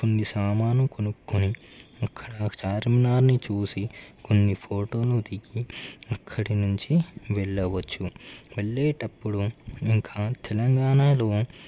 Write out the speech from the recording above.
కొన్ని సామాను కొనుక్కొని అక్కడ చార్మినార్ని చూసి కొన్ని ఫోటోలు దిగి అక్కడి నుంచి వెళ్ళవచ్చు వెళ్లేటప్పుడు ఇంకా తెలంగాణలో